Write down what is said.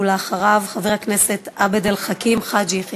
ואחריו, חבר הכנסת עבד אל חכים חאג' יחיא.